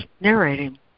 narrating